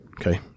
Okay